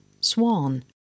Swan